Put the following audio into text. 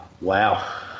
Wow